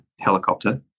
helicopter